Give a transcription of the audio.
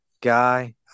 guy